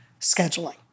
scheduling